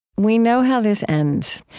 we know how this ends.